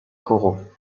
corot